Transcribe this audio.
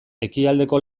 ekialdeko